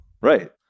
right